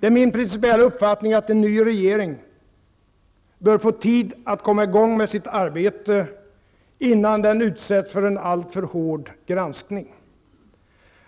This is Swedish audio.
Det är min principiella uppfattning att en ny regering bör få tid att komma i gång med sitt arbete innan den utsätts för en alltför hård granskning.